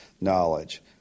knowledge